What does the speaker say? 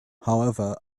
however